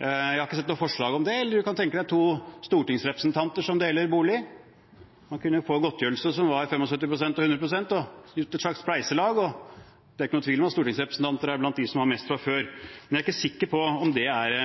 Jeg har ikke sett noe forslag om det. Eller du kan tenke deg to stortingsrepresentanter som deler bolig, og som kunne få godtgjørelse på henholdsvis 75 pst. og 100 pst. og hatt et slags spleiselag. Det er ikke noen tvil om at stortingsrepresentanter er blant dem som har mest fra før. Men jeg er ikke sikker på om det er